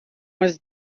was